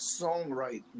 songwriting